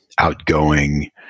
outgoing